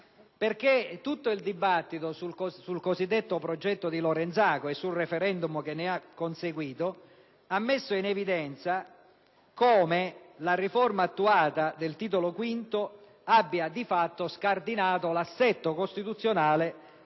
Perché tutto il dibattito sul cosiddetto progetto di Lorenzago e sul *referendum* che ne è conseguito ha messo in evidenza che la riforma attuata del Titolo V ha di fatto scardinato l'assetto costituzionale